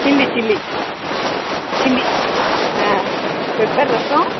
chilli chilli chilli ah pepper rasam